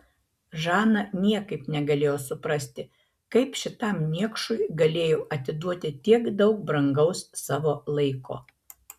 žana niekaip negalėjo suprasti kaip šitam niekšui galėjo atiduoti tiek daug brangaus savo laiko